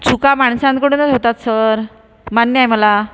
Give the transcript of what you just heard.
चुका माणसांकडूनच होतात सर मान्य आहे मला